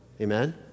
Amen